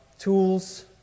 tools